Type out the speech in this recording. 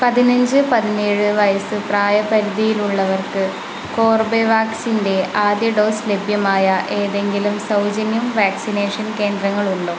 പതിനഞ്ച് പതിനേഴ് വയസ്സ് പ്രായ പരിധിയിലുള്ളവർക്ക് കോർബെവാക്സിൻ്റെ ആദ്യ ഡോസ് ലഭ്യമായ ഏതെങ്കിലും സൗജന്യം വാക്സിനേഷൻ കേന്ദ്രങ്ങളുണ്ടോ